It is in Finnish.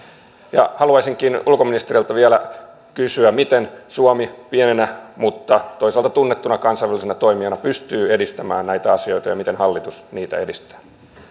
haluaisinkin ulkoministeriltä vielä kysyä miten suomi pienenä mutta toisaalta tunnettuna kansainvälisenä toimijana pystyy edistämään näitä asioita ja miten hallitus niitä edistää